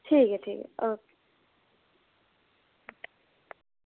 ठीक ऐ ठीक ऐ ओके